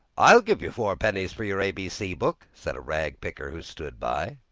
i'll give you four pennies for your a b c book, said a ragpicker who stood by.